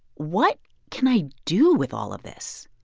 what can i do with all of this?